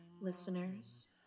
listeners